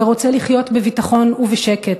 ורוצה לחיות בביטחון ובשקט,